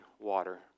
water